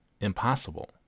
impossible